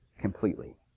completely